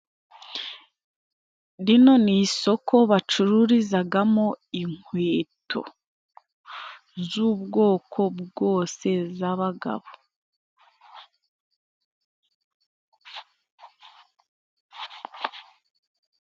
Rino ni isoko bacururizagamo inkweto z'ubwoko bwose z'abagabo.